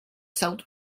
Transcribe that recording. settled